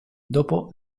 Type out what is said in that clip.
dopo